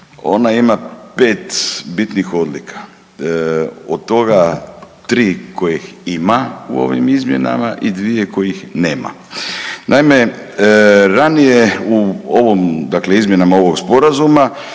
Ona ima 5 bitnih odlika, od toga 3 kojih ima u ovim izmjenama i 2 kojih nema. Naime, ranije u ovom, dakle izmjenama ovog sporazuma